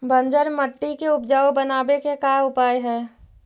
बंजर मट्टी के उपजाऊ बनाबे के का उपाय है?